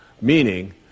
Meaning